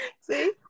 See